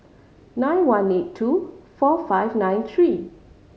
nine one eight two four five nine three